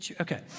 Okay